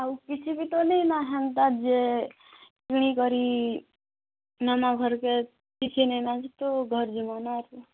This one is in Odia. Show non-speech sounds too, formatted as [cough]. ଆଉ କିଛି ବି ତ ନେଇ ନା ହେନ୍ତା ଯେ ଗୁଣି କରି [unintelligible] ଘର୍ କେ କିଛି ନେଇ ନାହାନ୍ତୁ ଘର୍ [unintelligible]